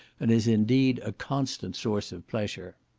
and is indeed a constant source of pleasure.